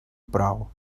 prou